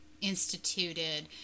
instituted